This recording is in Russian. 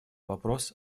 вопрос